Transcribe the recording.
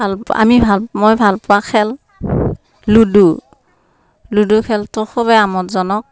খাল আমি মই ভাল পোৱা খেল লুডু লুডু খেলটো খুবেই আমোদজনক